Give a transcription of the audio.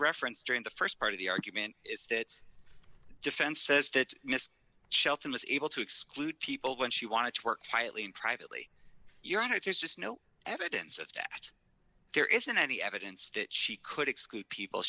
referenced during the st part of the argument is state's defense says that miss shelton was able to exclude people when she wanted to work quietly and privately your honor if there's just no evidence of that there isn't any evidence that she could exclude people